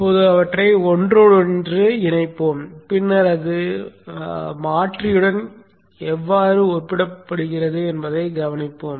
இப்போது அவற்றை ஒன்றோடொன்று இணைப்போம் பின்னர் அது மாற்றியுடன் எவ்வாறு ஒப்பிடப்படுகிறது என்பதைக் கவனிப்போம்